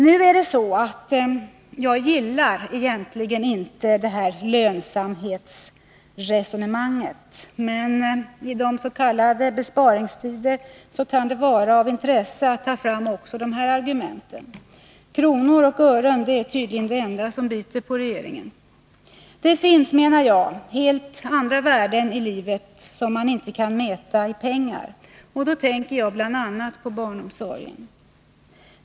Nu gillar jag egentligen inte detta lönsamhetsresonemang, men i dessa s.k. besparingstider kan det vara av intresse att ta fram även dessa argument. Kronor och ören är tydligen det enda som biter på regeringen. Det finns, menar jag, helt andra värden i livet som man inte kan mäta i pengar. Och då tänker jag bl.a. på barnomsorgen.